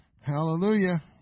hallelujah